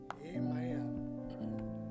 Amen